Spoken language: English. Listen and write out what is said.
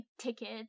tickets